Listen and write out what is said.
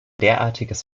derartiges